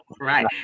Right